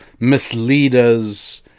misleaders